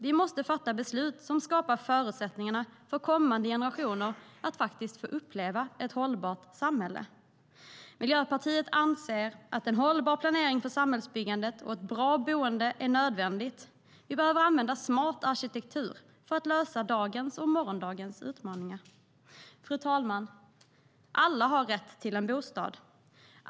Vi måste fatta beslut som skapar förutsättningar för kommande generationer att få uppleva ett hållbart samhälle. Fru talman! Alla har rätt till en bostad.